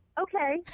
okay